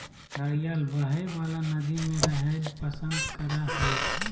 घड़ियाल बहइ वला नदि में रहैल पसंद करय हइ